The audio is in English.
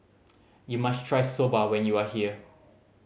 you must try Soba when you are here